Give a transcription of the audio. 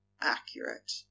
accurate